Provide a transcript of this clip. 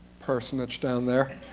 personage down there.